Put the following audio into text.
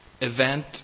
event